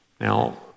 Now